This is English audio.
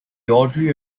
audrey